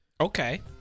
Okay